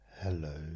Hello